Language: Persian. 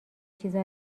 چیزا